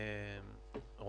הילה.